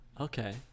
Okay